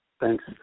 thanks